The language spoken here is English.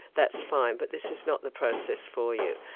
that's fine, but this is not the process for you.